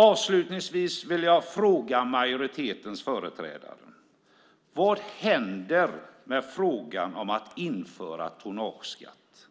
Avslutningsvis vill jag fråga majoritetens företrädare: Vad händer med frågan om att införa tonnageskatt?